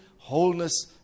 wholeness